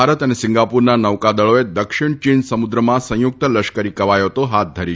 ભારત અને સિંગાપુરના નૌકાદળોએ દક્ષિણ ચીન સમુદ્રમાં સંયુક્ત લશ્કરી કવાયતો હાથ ધરી છે